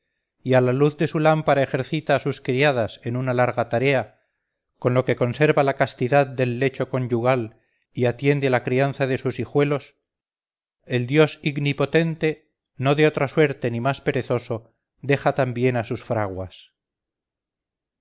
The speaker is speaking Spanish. y a la luz de su lámpara ejercita a sus criadas en una larga tarea con lo que conserva la castidad del lecho conyugal y atiende a la crianza de sus hijuelos el dios ignipotente no de otra suerte ni más perezoso deja también a sus fraguas